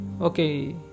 okay